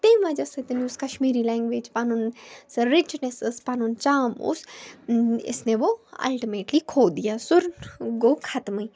تمہِ وَجہ سۭتۍ یُس کَشمیٖری لَنٛگویج پَنُن سۄ رِچنٮ۪س ٲس پَنُن چارم اوس اس نے وہ اَلٹِمیٹلی کھو دیا سُہ گووٚختمٕے